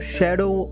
Shadow